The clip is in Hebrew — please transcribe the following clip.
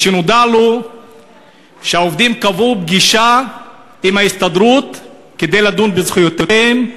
משנודע לו שהעובדים קבעו פגישה עם ההסתדרות כדי לדון בזכויותיהם,